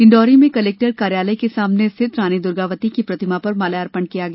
डिंडोरी में कलेक्टर कार्यालय के सामने स्थित रानी दुर्गावती की प्रतिमा पर माल्यार्पण किया गया